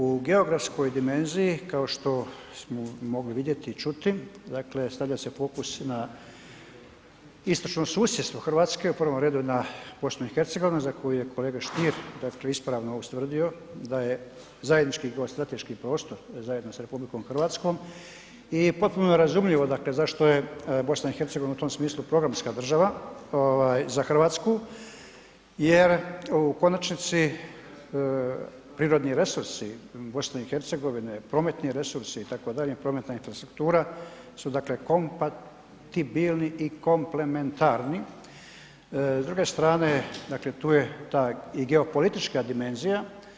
U geografskoj dimenziji kao što smo mogli vidjeti i čuti, dakle stavlja se fokus na istočno susjedstvo Hrvatske, u prvom redu na BiH za koju je kolega Stier ispravno ustvrdio da je zajednički geostrateški prostor zajedno sa RH i potpuno je razumljivo zašto je BiH u tom smislu programska država za Hrvatsku jer u konačnici prirodnu resursi BiH-a, prometni resursi itd., prometna infrastruktura su dakle kompatibilni i komplementarni, s druge strane dakle tu je taj i geopolitička dimenzija.